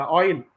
oil